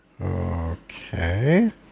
okay